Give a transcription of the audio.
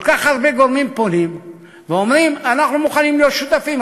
כל כך הרבה גורמים פונים ואומרים: אנחנו מוכנים להיות שותפים.